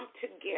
together